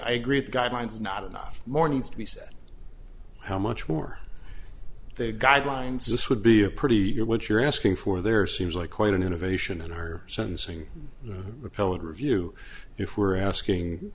i agree with the guidelines not enough more needs to be said how much more they guidelines this would be a pretty you're what you're asking for there seems like quite an innovation in her sentencing repellant review if we're asking